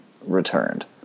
returned